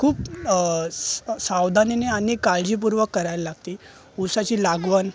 खूप स्स सावधानीने आणि काळजीपूर्वक करायल लागती उसाची लागवन